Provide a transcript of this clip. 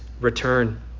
return